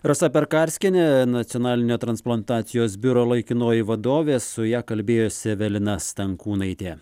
rasa pekarskienė nacionalinio transplantacijos biuro laikinoji vadovė su ja kalbėjosi evelina stankūnaitė